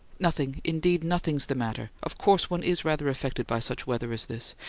nothing. indeed nothing's the matter. of course one is rather affected by such weather as this.